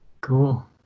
Cool